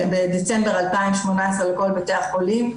בדצמבר 2018 לכל בתי החולים.